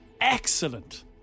excellent